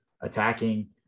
attacking